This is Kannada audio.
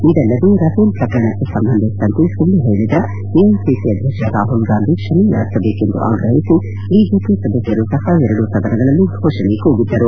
ಇದಲ್ಲದೇ ರಫೇಲ್ ಪ್ರಕರಣಕ್ಕೆ ಸಂಬಂಧಿಸಿದಂತೆ ಸುಳ್ನು ಹೇಳಿದ ಎಐಸಿಸಿ ಅಧ್ಯಕ್ಷ ರಾಹುಲ್ ಗಾಂಧಿ ಕ್ಷಮೆ ಯಾಚಿಸಬೇಕೆಂದು ಆಗ್ರಹಿಸಿ ಬಿಜೆಪಿ ಸದಸ್ಗರು ಸಹ ಎರಡೂ ಸದನಗಳಲ್ಲಿ ಘೋಷಣೆ ಕೂಗಿದ್ದರು